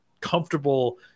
comfortable